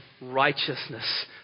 righteousness